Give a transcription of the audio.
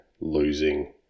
losing